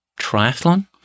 triathlon